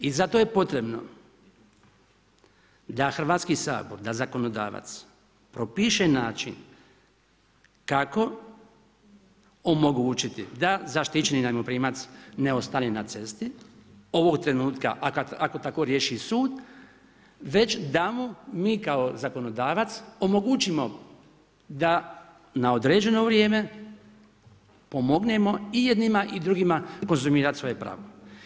I zato je potrebno da Hrvatski sabor, da zakonodavac propiše način kako omogućiti da zaštićeni najmoprimac ne ostane na cesti ovog trenutka ako tako riješi sud, već da mu mi kao zakonodavac omogućimo da na određeno vrijeme pomognemo i jednima i drugima konzumirati svoja prava.